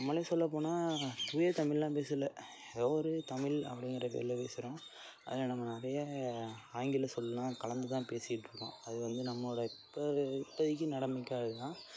நம்மளே சொல்ல போனால் தூய தமிழ்லாம் பேசல ஏதோ ஒரு தமிழ் அப்படிங்கிற பேரில் பேசுகிறோம் அதில் நம்ம நிறைய ஆங்கில சொல்லாம் கலந்து தான் பேசிட்டிருக்கோம் அது வந்து நம்மோடைய இப்போ இப்பதைக்கி நிலமைக்கு அது தான்